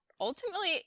ultimately